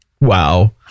wow